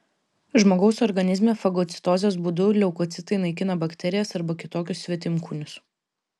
žmogaus organizme fagocitozės būdu leukocitai naikina bakterijas arba kitokius svetimkūnius